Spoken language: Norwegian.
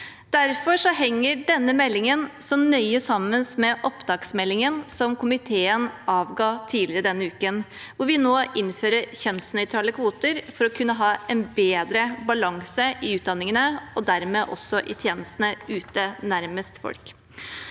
Derfor henger denne meldingen nøye sammen med opptaksmeldingen som komiteen avga innstilling om tidligere denne uken. Der innfører vi nå kjønnsnøytrale kvoter for å kunne ha en bedre balanse i utdanningene og dermed også i tjenestene ute, nærmest folk.